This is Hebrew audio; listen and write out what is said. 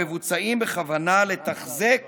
המבוצעים בכוונה לתחזק